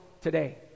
today